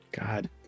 God